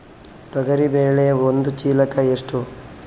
ತೊಗರಿ ಬೇಳೆ ಒಂದು ಚೀಲಕ ಎಷ್ಟು?